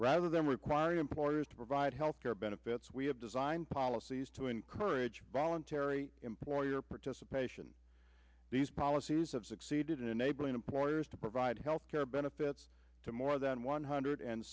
rather than requiring employers to provide health care benefits we have designed policies to encourage voluntary employer participation these policies have succeeded in enabling employers to provide health care benefits to more than one hundred and